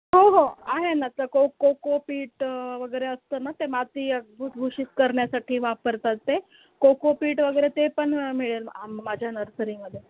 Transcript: हो हो आहे ना तर कोक कोकोपीट वगैरे असतं ना ते माती भुसभुशीत करण्यासाठी वापरतात ते कोकोपीट वगैरे ते पण मिळेल आ माझ्या नर्सरीमध्ये